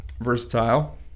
Versatile